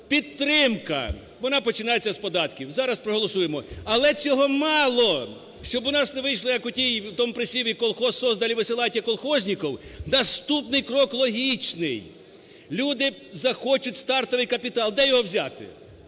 Підтримка, вона починається з податків, зараз проголосуємо. Але цього мало, щоб у нас не вийшло як у тій, в тому прислів'ї: "Колхоз создали, высылайте колхозников". Наступний крок, логічний, люди захочуть стартовий капітал. А де його взяти?